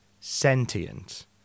sentient